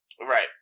Right